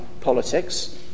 politics